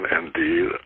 indeed